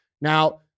Now